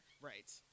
right